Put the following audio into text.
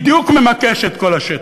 בדיוק ממקש את כל השטח,